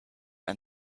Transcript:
and